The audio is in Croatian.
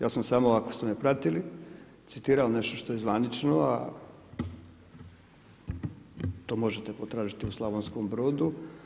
Ja sam samo ako ste me pratili citirao nešto što je zvanično, a to možete potražiti u Slavonkom Brodu.